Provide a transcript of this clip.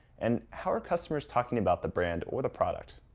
and how are customers talking about the brand or the product?